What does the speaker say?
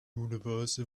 universe